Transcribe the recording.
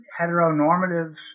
heteronormative